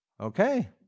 Okay